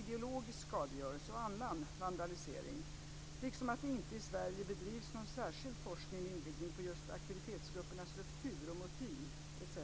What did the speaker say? "ideologisk skadegörelse" och annan vandalisering liksom att det inte i Sverige bedrivs någon särskild forskning med inriktning på just aktivistgruppernas struktur och motiv etc.